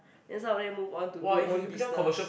then some of them move on to do own business